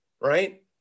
right